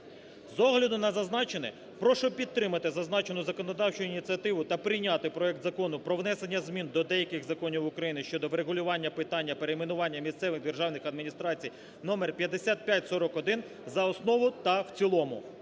З огляду на зазначене, прошу підтримати зазначену законодавчу ініціативу та прийняти проект Закону про внесення змін до деяких законів України щодо врегулювання питання перейменування місцевих державних адміністрацій (номер 5541) за основу та в цілому.